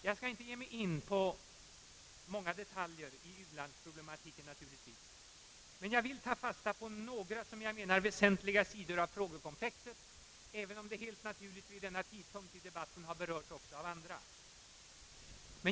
Jag skall inte alls ge mig in på många detaljer i u-landsproblematiken, men jag vill ta fasta på några som jag menar väsentliga sidor av frågekomplexet, även om det helt naturligt vid denna tidpunkt i debatten har berörts också av andra.